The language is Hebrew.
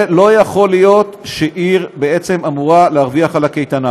לא יכול להיות שעיר אמורה בעצם להרוויח על קייטנה.